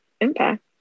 impact